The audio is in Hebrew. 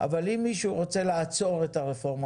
אבל אם מישהו רוצה לעצור את הרפורמה